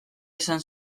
izan